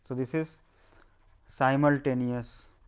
so this is simultaneous